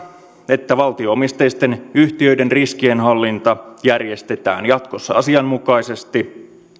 että valtio omisteisten yhtiöiden riskienhallinta järjestetään jatkossa asianmukaisesti ja